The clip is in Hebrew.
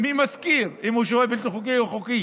מי שוכר, אם הוא שוהה בלתי חוקי או חוקי.